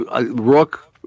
rook